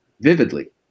vividly